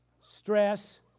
stress